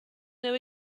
know